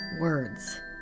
words